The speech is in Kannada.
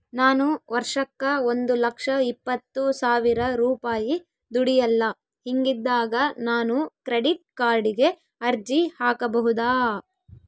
ನಾನು ವರ್ಷಕ್ಕ ಒಂದು ಲಕ್ಷ ಇಪ್ಪತ್ತು ಸಾವಿರ ರೂಪಾಯಿ ದುಡಿಯಲ್ಲ ಹಿಂಗಿದ್ದಾಗ ನಾನು ಕ್ರೆಡಿಟ್ ಕಾರ್ಡಿಗೆ ಅರ್ಜಿ ಹಾಕಬಹುದಾ?